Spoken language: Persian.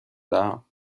دهم